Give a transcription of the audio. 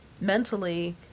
mentally